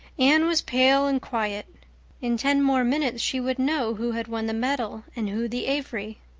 anne was pale and quiet in ten more minutes she would know who had won the medal and who the avery.